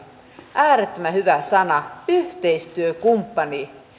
äärettömän hyvä sana yhteistyökumppani